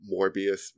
Morbius